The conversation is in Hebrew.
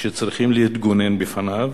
שצריכים להתגונן בפניו.